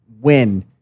win